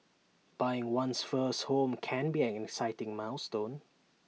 buying one's first home can be an exciting milestone